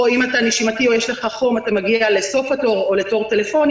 או אם אתה חולה נשימתי או יש לך חום אתה מגיע לסוף התור או לתור טלפוני,